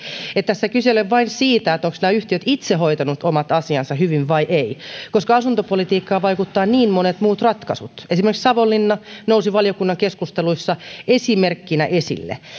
että tässä kyse ei ole vain siitä ovatko nämä yhtiöt itse hoitaneet omat asiansa hyvin vai eivät koska asuntopolitiikkaan vaikuttavat niin monet muut ratkaisut esimerkiksi savonlinna nousi valiokunnan keskusteluissa esimerkkinä esille